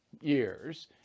years